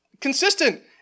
consistent